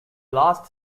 last